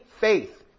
faith